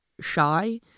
shy